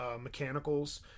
mechanicals